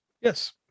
yes